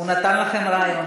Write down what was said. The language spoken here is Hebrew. הוא נתן לכם רעיון.